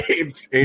Abe's